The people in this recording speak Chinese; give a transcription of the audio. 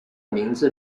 名字